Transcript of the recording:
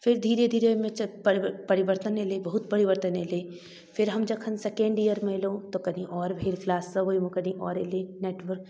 फेर धीरे धीरे ओहिमे परि परिवर्तन अएलै बहुत परिवर्तन अएलै फेर जखन हम सेकेण्ड ईअरमे अएलहुँ तऽ कनि आओर भेल किलाससब ओहिमे कनि आओर अएलै नेटवर्क